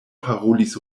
parolis